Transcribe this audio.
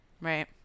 Right